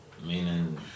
Meaning